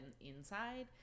inside